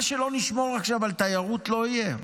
מה שלא נשמור עכשיו בתיירות לא יהיה.